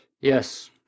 Yes